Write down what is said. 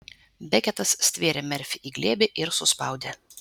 beketas stvėrė merfį į glėbį ir suspaudė